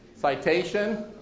citation